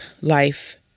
life